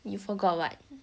you forgot what